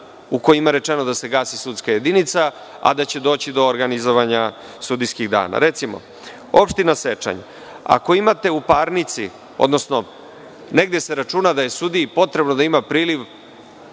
u kojima je rečeno da se gasi sudska jedinica, a da će doći do organizovanja sudijskih dana. Recimo, opština Sečanj. Ako imate u parnici, odnosno negde se računa da je sudiji potrebno da ima priliv